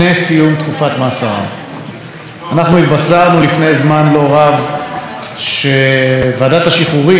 אנחנו התבשרנו לפני זמן לא רב שוועדת השחרורים החליטה לשחרר על שליש,